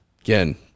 again